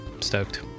stoked